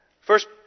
first